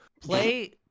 play